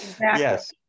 yes